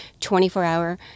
24-hour